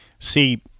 See